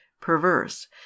PERVERSE